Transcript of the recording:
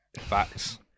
Facts